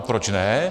Proč ne?